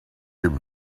him